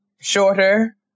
shorter